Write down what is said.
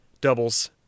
doubles